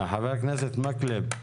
חבר הכנסת מקלב,